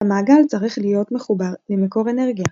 המעגל צריך להיות מחובר למקור אנרגיה.